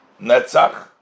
Netzach